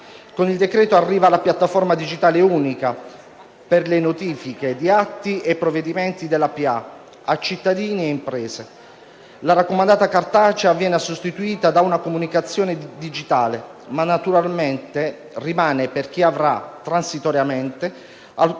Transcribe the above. Con il decreto-legge arriva la piattaforma digitale unica per le notifiche di atti e provvedimenti della pubblica amministrazione a cittadini e imprese. La raccomandata cartacea viene sostituita da una comunicazione digitale, ma naturalmente rimane per chi avrà transitoriamente ancora